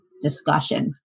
discussion